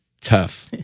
tough